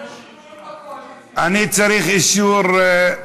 אני צריך אישור.